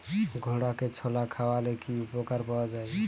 ঘোড়াকে ছোলা খাওয়ালে কি উপকার পাওয়া যায়?